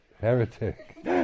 heretic